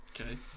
Okay